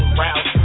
round